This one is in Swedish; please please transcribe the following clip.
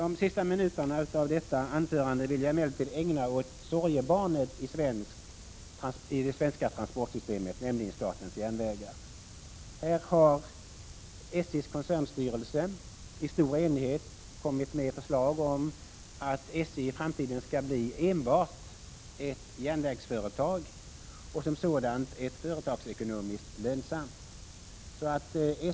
De sista minuterna av detta anförande vill jag emellertid ägna åt sorgebarnet i det svenska transportsystemet, nämligen statens järnvägar. SJ:s koncernstyrelse har under stor enighet kommit med förslag om att SJ i framtiden skall bli enbart ett järnvägsföretag och som sådant företagsekonomiskt lönsamt.